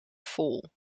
vol